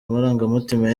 amarangamutima